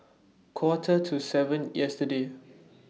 Quarter to seven yesterday